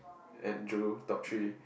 Andrew top three